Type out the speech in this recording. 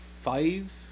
five